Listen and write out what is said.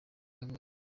yavutse